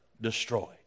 destroyed